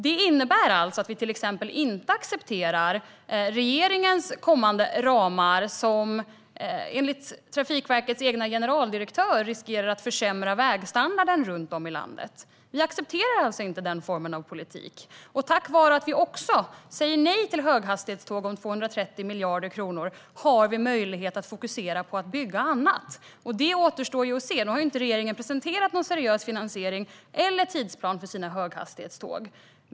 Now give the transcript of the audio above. Det innebär alltså att vi till exempel inte accepterar regeringens kommande ramar, som enligt Trafikverkets egen generaldirektör riskerar att försämra vägstandarden runt om i landet. Vi accepterar inte den formen av politik. Tack vare att vi också säger nej till höghastighetståg för 230 miljarder kronor har vi möjlighet att fokusera på att bygga annat. Det återstår att se. Regeringen har inte presenterat någon seriös finansiering eller tidsplan för sina höghastighetståg.